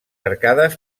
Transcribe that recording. arcades